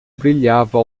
brilhava